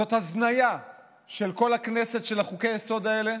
זאת הזניה של כל הכנסת, של חוקי-היסוד האלה,